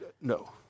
No